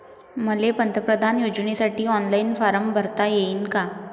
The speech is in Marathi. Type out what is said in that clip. मले पंतप्रधान योजनेसाठी ऑनलाईन फारम भरता येईन का?